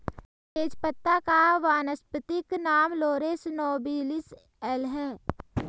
तेजपत्ता का वानस्पतिक नाम लॉरस नोबिलिस एल है